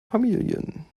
familien